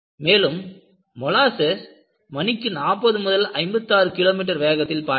மேலும் மோலாஸஸ் மணிக்கு 40 முதல் 56 கிலோமீட்டர் வேகத்தில் பாய்ந்தது